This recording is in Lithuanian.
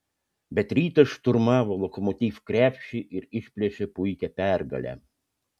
bet rytas šturmavo lokomotiv krepšį ir išplėšė puikią pergalę